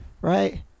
Right